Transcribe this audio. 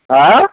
হা